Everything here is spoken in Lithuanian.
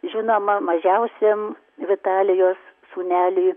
žinoma mažiausiem vitalijos sūneliui